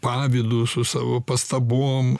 pavydu su savo pastabom